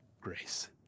grace